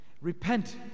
Repent